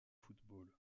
football